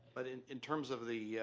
but in in terms of the yeah